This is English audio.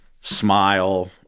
smile